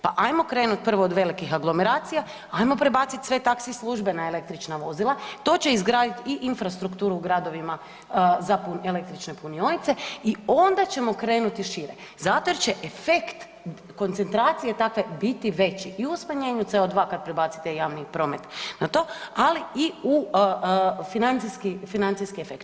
Pa ajmo krenuti prvo od velikih aglomeracija, ajmo prebacit sve taxi službe na električna vozila, to će izgraditi i infrastrukturu u gradovima za električne punionice i onda ćemo krenuti šire zato jer će efekt koncentracije takve biti veći i u smanjenju CO2 kad prebacite javni promet na to, ali i u financijski efekt.